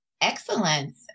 excellence